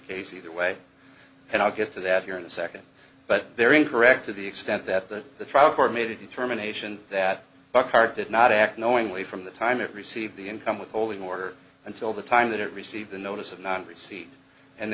case either way and i'll get to that here in a second but they are incorrect to the extent that the the trial court made a determination that buckhart did not act knowingly from the time it received the income withholding order until the time that it received the notice of non receipt and